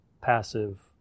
passive